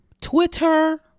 Twitter